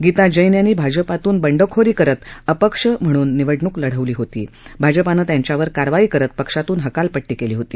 गीता जैन यांनी भाजपातून बंडखोरी करत अपक्ष निवडणूक लढवली होती भाजपनं त्यांच्यावर कारवा करत पक्षातून हकालपट्टी केली होती